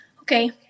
okay